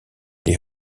les